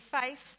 face